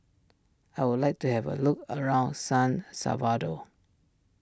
I would like to have a look around San Salvador